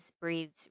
breathes